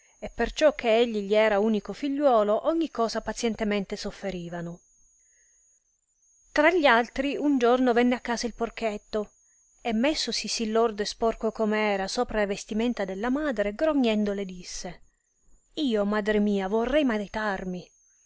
e perciò che egli gli era unico figliuolo ogni cosa pazientemente sofferivano tra gii altri un giorno a casa venne il porchetta e messosi sì lordo e sporco come era sopra le vestimenta della madre grognendo le disse io madre mia vorrei maritarmi